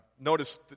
notice